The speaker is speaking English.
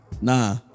Nah